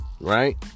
Right